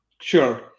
Sure